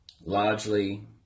largely